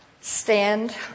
stand